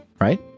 right